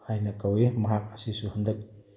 ꯍꯥꯏꯅ ꯀꯧꯏ ꯃꯍꯥꯛ ꯑꯁꯤꯁꯨ ꯍꯟꯗꯛ